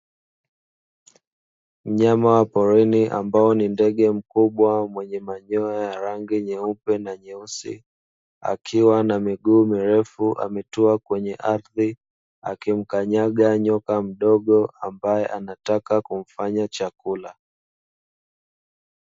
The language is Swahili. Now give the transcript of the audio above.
Mnyama wa porini ambaye ni ndege mkubwa mwenye manyoya ya rangi nyeupe na nyeusi, akiwa na miguu mirefu ametua kwenye ardhi, akimkanyaga nyoka mdogo ambaye anataka kumfanya chakula.